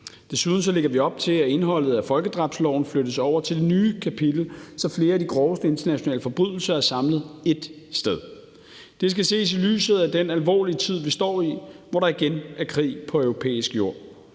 Desuden lægger vi op til, at indholdet af folkedrabsloven flyttes over til det nye kapitel, så flere af de groveste internationale forbrydelser er samlet ét sted. Det skal ses i lyset af den alvorlige tid, vi står i, hvor der igen er krig på europæisk jord.